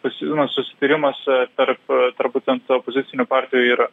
pasiūlymas susitarimas tarp tarp būtent opozicinių partijų yra